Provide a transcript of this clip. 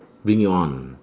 bring it on